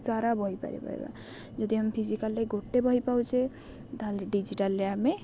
ସାରା ବହି ପାରିପାରିବା ଯଦି ଆମେ ଫିଜିକାଲ୍ରେ ଗୋଟେ ବହି ପାଉଛେ ତାହେଲେ ଡିଜିଟାଲ୍ରେ ଆମେ